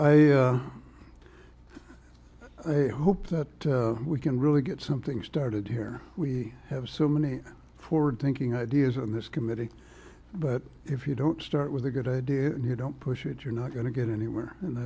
to us i hope that we can really get something started here we have so many forward thinking ideas on this committee but if you don't start with a good idea and you don't push it you're not going to get anywhere and